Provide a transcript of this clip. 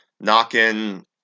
knocking